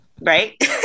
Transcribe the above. right